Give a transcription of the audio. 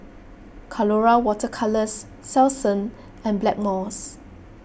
Colora Water Colours Selsun and Blackmores